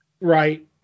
right